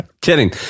Kidding